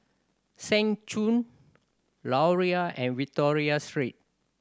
Seng Choon Laurier and Victoria Street